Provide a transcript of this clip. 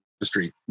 industry